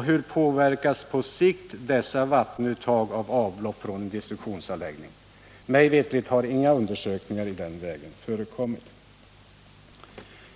Hur påverkas på sikt dessa vattenuttag av avlopp från en destruktionsanläggning? Mig veterligt har inga undersökningar i den vägen förekommit.